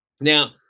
Now